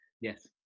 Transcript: yes